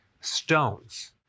stones